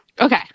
Okay